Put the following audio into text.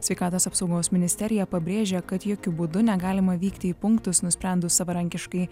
sveikatos apsaugos ministerija pabrėžė kad jokiu būdu negalima vykti į punktus nusprendus savarankiškai